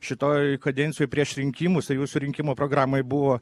šitoj kadencijoj prieš rinkimus ir jūsų rinkimo programoj buvo